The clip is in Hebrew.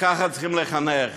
וככה צריך לחנך,